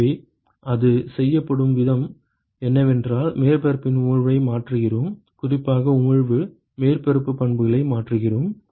எனவே அது செய்யப்படும் விதம் என்னவென்றால் மேற்பரப்பின் உமிழ்வை மாற்றுகிறோம் குறிப்பாக உமிழ்வு மேற்பரப்பு பண்புகளை மாற்றுகிறோம்